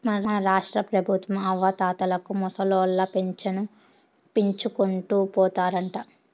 మన రాష్ట్రపెబుత్వం అవ్వాతాతలకు ముసలోళ్ల పింఛను పెంచుకుంటూ పోతారంట